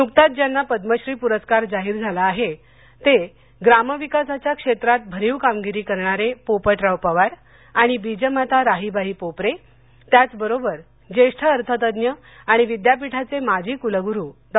नुकताच ज्यांना पद्मश्री पुरस्कार जाहीर झाला आहे ते ग्रामविकासाच्या क्षेत्रात भरीव कामगिरी करणारे पोपटराव पवार आणि बीजमाता राहिबाई पोपरे त्याचबरोबर ज्येष्ठ अर्थतज्ज्ञ आणि विद्यापीठाचे माजी कुलगुरू डॉ